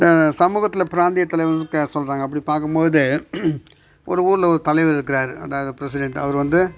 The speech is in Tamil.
இந்த சமூகத்தில் பிராந்திய தலைவர்கள் பேச சொல்கிறாங்க அப்படி பார்க்கும்பொழுது ஒரு ஊரில் ஒரு தலைவர் இருக்கிறாரு அதான் அந்த ப்ரசிடண்ட் அவர் வந்து